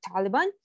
Taliban